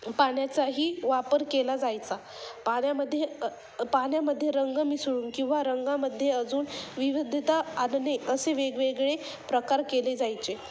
पाण्याचाही वापर केला जायचा पाण्यामध्ये पाण्यामध्ये रंग मिसळून किंवा रंगामध्ये अजून विविधता आणणे असे वेगवेगळे प्रकार केले जायचे